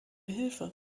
hilfe